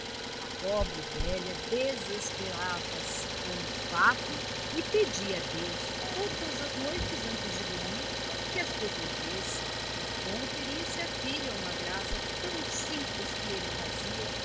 a pobre velha desesperava se com o fato e pedia a deus todas as noites antes de dormir que as protegesse e conferisse à filha uma graça tão simples que ele fazia